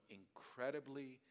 incredibly